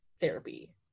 therapy